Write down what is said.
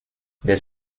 des